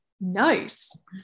Nice